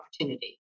opportunity